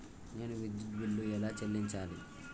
నేను విద్యుత్ బిల్లు ఎలా చెల్లించాలి?